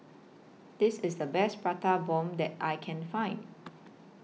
This IS The Best Prata Bomb that I Can Find